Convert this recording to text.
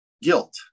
guilt